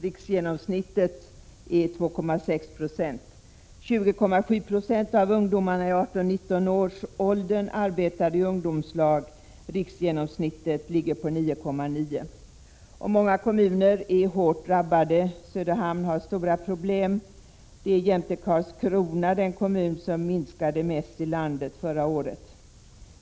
Riksgenomsnittet är 2,6 9. 20,7 96 av ungdomarna i 18-19-årsåldern arbetar i ungdomslag. Riksgenomsnittet ligger på 9,9 96. Många kommuner är hårt drabbade. Söderhamn har stora problem. Det är jämte Karlskrona den kommun som minskade mest i landet förra året.